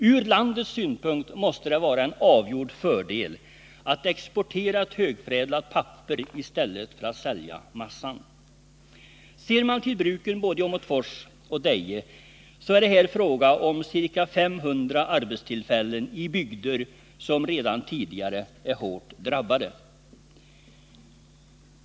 Ur landets synpunkt måste det vara en avgjord fördel att exportera ett högförädlat papper i stället för att sälja massan. Ser man till bruken både i Deje och i Åmotfors, så är det här fråga om ca 500 arbetstillfällen i bygder som redan tidigare är hårt drabbade.